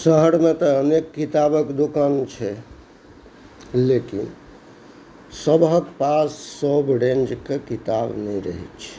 शहरमे तऽ अनेक किताबक दोकान छै लेकिन सभक पास सभरेञ्जके किताब नहि रहै छै